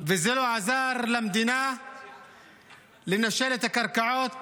וזה לא עזר למדינה לנשל מהקרקעות